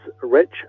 Rich